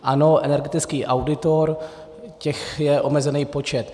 Ano, energetický auditor těch je omezený počet.